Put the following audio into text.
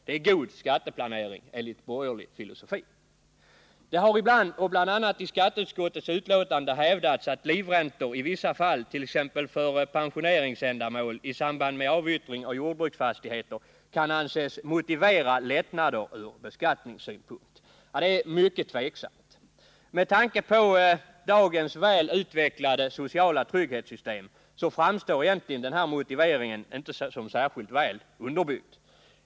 Det är god skatteplanering enligt borgerlig filosofi. Det har, bl.a. i skatteutskottets betänkande, hävdats att livräntor i vissa fall, t.ex. för pensioneringsändamål i samband med avyttring av jordbruksfastigheter, kan anses motivera lättnader ur beskattningssynpunkt. Det är ytterst tveksamt. Med tanke på dagens väl utvecklade sociala trygghetssystem framstår egentligen denna motivering inte som särskilt väl underbyggd.